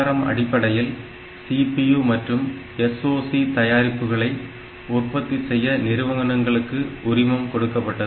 ARM அடிப்படையில் CPU மற்றும் SOC தயாரிப்புகளை உற்பத்தி செய்ய நிறுவனங்களுக்கு உரிமம் கொடுக்கப்பட்டது